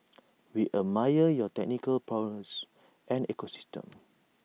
we admire your technical prowess and ecosystem